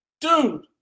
dude